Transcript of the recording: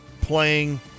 playing